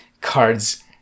cards